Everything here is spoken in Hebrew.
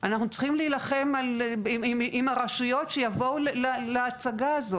צריך להיות בחוק, כי אין פה שום סיבה לבושה.